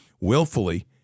willfully